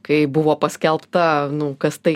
kai buvo paskelbta nu kas tai